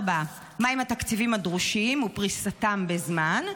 4. מהם התקציבים הדרושים ומה פריסתם בזמן?